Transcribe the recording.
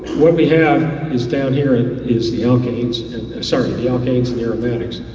what we have is down here and is the alkanes sort of the alkanes and aromatics.